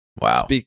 Wow